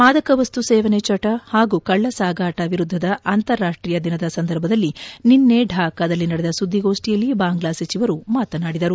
ಮಾದಕವಸ್ತು ಸೇವನೆ ಚಟ ಹಾಗೂ ಕಳ್ಳಸಾಗಾಣ ವಿರುದ್ದದ ಅಂತಾರಾಷ್ಟೀಯ ದಿನದ ಸಂದರ್ಭದಲ್ಲಿ ನಿನ್ನೆ ಢಾಕಾದಲ್ಲಿ ನಡೆದ ಸುದ್ದಿಗೋಷ್ಣಿಯಲ್ಲಿ ಬಾಂಗ್ಲಾ ಸಚಿವರು ಮಾತನಾದಿದರು